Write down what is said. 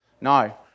No